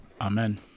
Amen